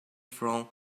from